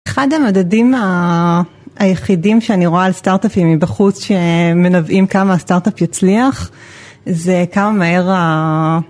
אחד המדדים היחידים שאני רואה על סטארט-אפים מבחוץ שמנבאים כמה הסטארט-אפ יצליח זה כמה מהר ה....